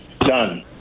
done